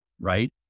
right